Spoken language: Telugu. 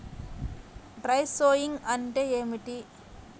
డ్రై షోయింగ్ అంటే ఏమిటి?